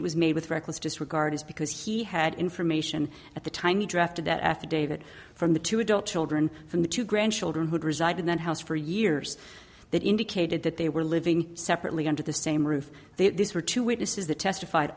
it was made with reckless disregard is because he had information at the tiny draft of that affidavit from the two adult children from the two grandchildren who reside in that house for years that indicated that they were living separately under the same roof these were two witnesses that testified